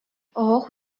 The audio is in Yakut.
оһох